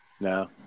No